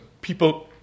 people